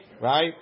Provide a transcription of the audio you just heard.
right